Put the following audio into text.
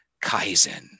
Kaizen